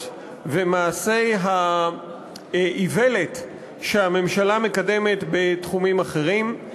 ומעשי האיוולת שהממשלה מקדמת בתחומים אחרים.